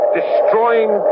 destroying